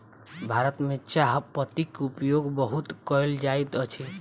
भारत में चाह पत्तीक उपयोग बहुत कयल जाइत अछि